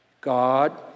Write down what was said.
God